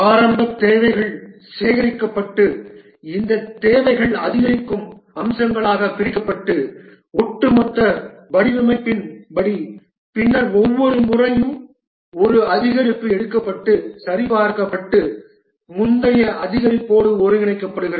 ஆரம்பத்தில் தேவைகள் சேகரிக்கப்பட்டு இந்த தேவைகள் அதிகரிக்கும் அம்சங்களாகப் பிரிக்கப்பட்டு ஒட்டுமொத்த வடிவமைப்பின் படி பின்னர் ஒவ்வொரு முறையும் ஒரு அதிகரிப்பு எடுக்கப்பட்டு சரிபார்க்கப்பட்டு முந்தைய அதிகரிப்போடு ஒருங்கிணைக்கப்படுகிறது